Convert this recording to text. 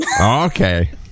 Okay